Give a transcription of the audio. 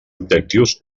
objectius